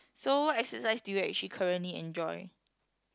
so what exercise do you actually currently enjoy